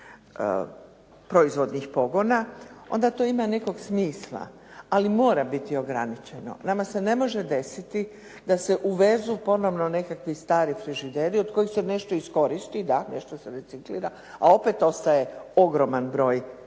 proizvodnih pogona, onda to ima nekog smisla, ali mora biti ograničeno. Nama se ne može desiti da se uvezu ponovno nekakvi stari frižideri od kojih se nešto iskoristi, da, nešto se reciklira, a opet ostaje ogroman broj